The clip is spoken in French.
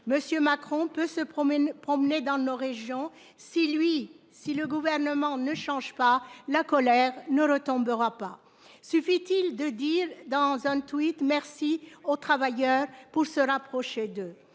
monsieur Macron peut se promènent. Dans nos régions si lui, si le gouvernement ne change pas. La colère ne retombera pas suffit-il de dire dans un tweet. Merci aux travailleurs pour se rapprocher de